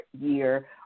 year